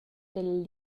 dalla